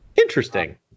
Interesting